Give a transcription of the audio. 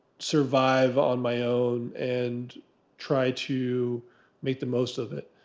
survive on my own, and try to make the most of it.